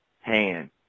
hand